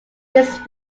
this